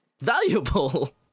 valuable